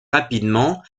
rapidement